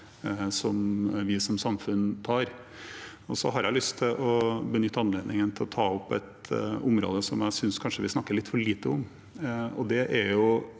vi som samfunn tar. Jeg har lyst til å benytte anledningen til å ta opp et område som jeg synes vi kanskje snakker litt for lite om. Det er